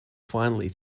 finally